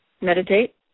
meditate